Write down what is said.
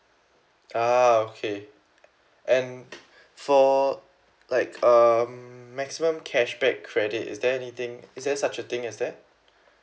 ah okay and for like um maximum cashback credit is there anything is there such a thing as that